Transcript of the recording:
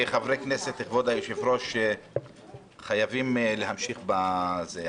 כחברי כנסת חייבים להמשיך בהליך.